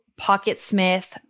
Pocketsmith